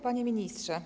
Panie Ministrze!